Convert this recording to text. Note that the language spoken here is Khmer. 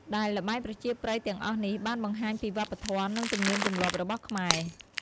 ដែលល្បែងប្រជាប្រិយទាំងអស់នេះបានបង្ហាញពីវប្បធម៌ និងទំនៀមទម្លាប់របស់ខ្មែរ។